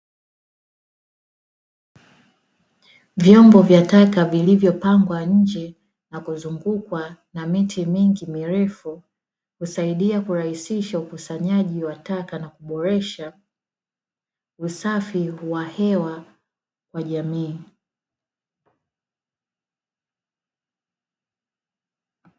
Vyombo vya taka vilivyopangwa nje na kuzungukwa na miti mingi mirefu, husaidia kurahisisha ukusanyaji wa taka na kuboresha usafi wa hewa wa jamii.